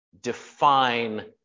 define